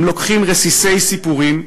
הם לוקחים רסיסי סיפורים,